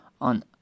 On